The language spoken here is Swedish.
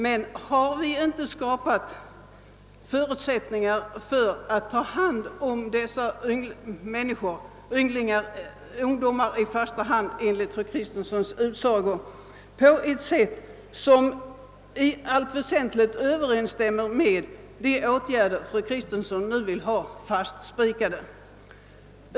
Men har vi inte skapat förutsättningar för att ta hand om dessa människor, enligt fru Kristensson i första hand ungdomar, på ett sätt som i allt väsentligt överensstämmer med de åtgärder fru Kristensson nu vill få fastspikade?